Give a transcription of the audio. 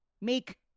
make